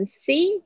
see